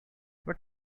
what